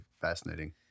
fascinating